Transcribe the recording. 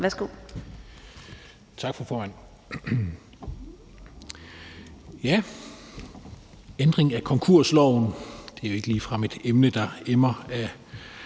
(LA): Tak, fru formand. Ændring af konkursloven, L 129, er jo ikke ligefrem et emne, der emmer af